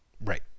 Right